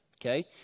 okay